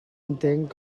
entenc